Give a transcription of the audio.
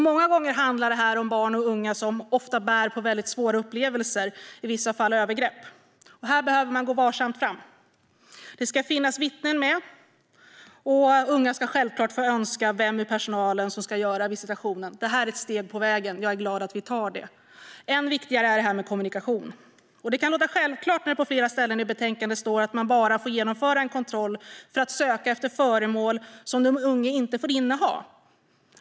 Många gånger handlar det om barn och unga som bär på väldigt svåra upplevelser, i vissa fall övergrepp. Här behöver man gå varsamt fram. Det ska finnas vittnen med, och unga ska självklart få önska vem i personalen som ska göra visitationen. Detta är ett steg på vägen. Jag är glad att vi tar det. Än viktigare är det här med kommunikation. På flera ställen i betänkandet står det att man bara får genomföra en kontroll för att söka efter föremål som den unga inte får inneha, och det kan låta självklart.